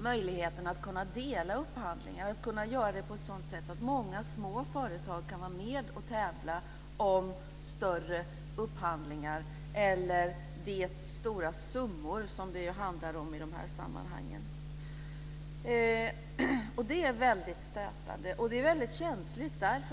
möjligheten att kunna dela upphandlingar. Det handlar om att kunna göra det på ett sådant sätt att många små företag kan vara med och tävla om större upphandlingar eller de stora summor som det ju handlar om i de här sammanhangen. Det är väldigt stötande. Det är känsligt.